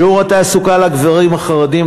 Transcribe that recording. שיעור התעסוקה של הגברים החרדים,